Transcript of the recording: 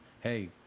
hey